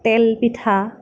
তেল পিঠা